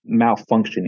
malfunctioning